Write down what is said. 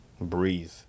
breathe